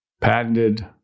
patented